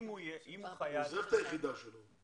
הוא עוזב את היחידה שלו.